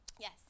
Yes